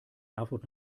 erfurt